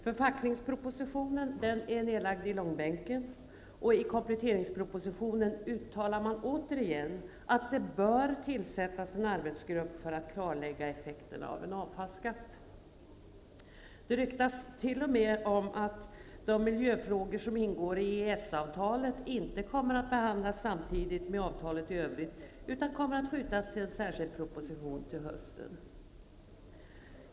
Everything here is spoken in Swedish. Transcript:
Förpackningspropositionen är nerlagd i långbänken, och i kompletteringspropositionen uttalar man återigen att det bör tillsättas en arbetsgrupp för att klarlägga effekterna av en avfallsskatt. Det ryktas t.o.m. att de miljöfrågor som ingår i EES-avtalet inte kommer att behandlas samtidigt med avtalet i övrigt, utan att de kommer att skjutas till en särskild proposition som skall komma till hösten.